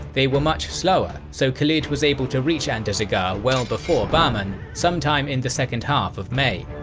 they were much slower, so khalid was able to reach andarzaghar well before bahman, sometime in the second half of may.